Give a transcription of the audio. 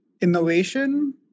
Innovation